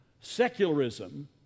secularism